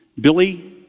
Billy